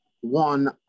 One